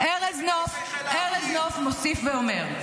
ארז נוף מוסיף ואומר,